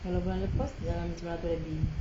kalau bulan lepas dalam sembilan ratus lebih